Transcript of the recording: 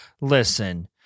Listen